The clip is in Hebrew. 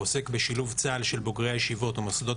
העוסק בשילוב צה"ל של בוגרי הישיבות ומוסדות